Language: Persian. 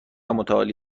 متعالی